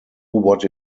what